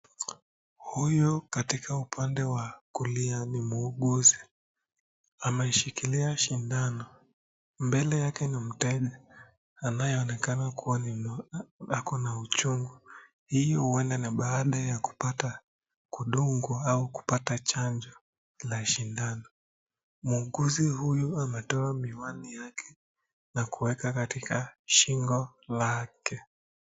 Huyu katika upande wa kulia ni muuguzi ameshikilia sindano mbele yake ni mteja anayeonekana kuwa akona uchungu. Hii huenda ni baada ya kupata kudungwa au kupata chanjo la shindano. Muuguzi huyu ametoa miwani yake na kuweka katika shingo lake.